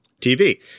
TV